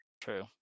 True